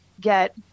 get